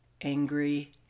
angry